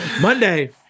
Monday